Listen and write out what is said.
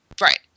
Right